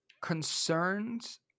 concerns